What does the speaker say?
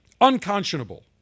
Unconscionable